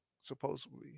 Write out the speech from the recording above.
supposedly